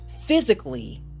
physically